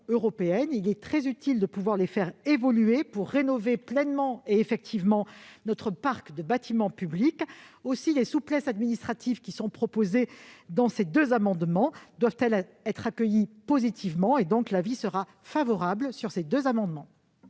il est très utile de pouvoir les faire évoluer pour rénover pleinement et effectivement notre parc de bâtiments publics. Aussi les souplesses administratives proposées dans ces deux amendements identiques doivent-elles être accueillies positivement. J'émets donc un avis favorable sur ces deux amendements